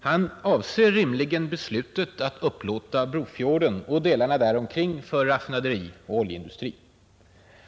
Han avser rimligen beslutet att upplåta Brofjorden och delarna där omkring för raffinaderi och oljeindustri.